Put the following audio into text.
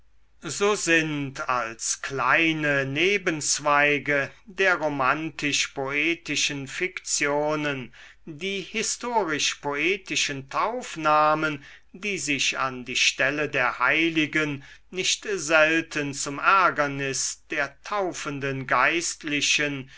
so sind als kleine nebenzweige der romantisch poetischen fiktionen die historisch poetischen taufnamen die sich an die stelle der heiligen nicht selten zum ärgernis der taufenden geistlichen